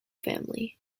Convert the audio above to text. family